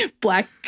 black